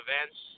events